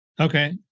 Okay